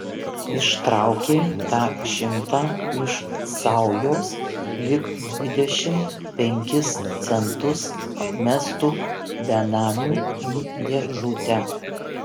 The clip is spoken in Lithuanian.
ištraukė tą šimtą iš saujos lyg dvidešimt penkis centus mestų benamiui į dėžutę